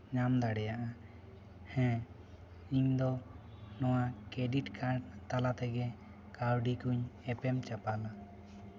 ᱧᱟᱢ ᱫᱟᱲᱮᱭᱟᱜᱼᱟ ᱦᱮᱸ ᱤᱧ ᱫᱚ ᱱᱚᱣᱟ ᱠᱨᱮᱰᱤᱴ ᱠᱟᱨᱰ ᱛᱟᱞᱟ ᱛᱮᱜᱮ ᱠᱟᱹᱣᱵᱤ ᱠᱚᱧ ᱮᱯᱮᱢ ᱪᱟᱯᱟᱞᱟ